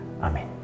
Amen